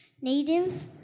Native